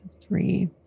three